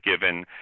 given